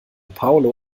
paulo